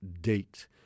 date